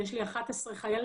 יש לי 11 חיילים,